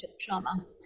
Trauma